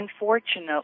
Unfortunately